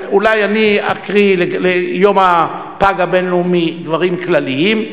אולי אני אקריא ליום הפג הבין-לאומי דברים כלליים,